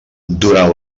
durant